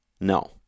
No